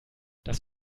das